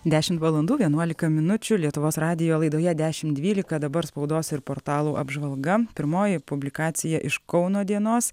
dešimt valandų vienuolika minučių lietuvos radijo laidoje dešimt dvylika dabar spaudos ir portalų apžvalga pirmoji publikacija iš kauno dienos